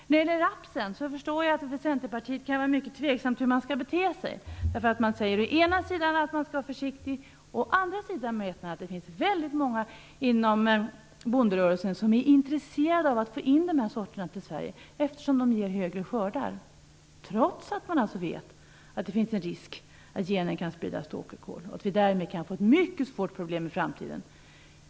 När det gäller rapsen kan jag förstå att man inom Centerpartiet kan vara mycket tveksam hur man skall bete sig. Å ena sidan säger man att vi skall vara försiktiga, men å andra sidan vet man att det finns väldigt många inom bonderörelsen som är intresserade av att få in de här sorterna till Sverige, eftersom den ger större skördar. Det vill de trots att de vet att det finns en risk att genen kan spridas till åkerkål och att vi därmed kan få ett mycket stort problem i framtiden.